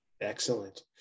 Excellent